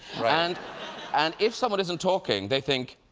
and and if someone isn't talking, they think,